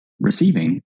receiving